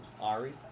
Ari